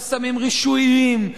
חסמים רישויים.